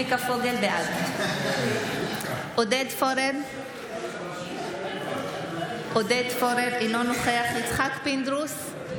בעד עודד פורר, אינו נוכח יצחק פינדרוס,